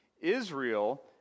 Israel